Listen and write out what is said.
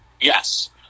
yes